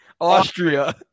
austria